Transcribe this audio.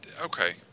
Okay